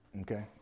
okay